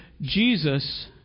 Jesus